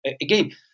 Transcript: again